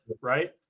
right